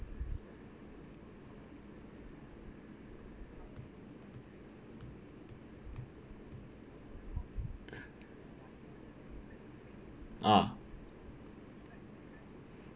ah